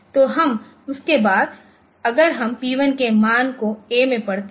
तो हम उसके बाद अगर हम p 1 के मान को a में पढ़ते हैं